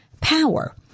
Power